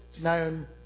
known